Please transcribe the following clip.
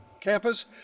campus